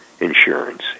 insurance